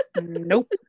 nope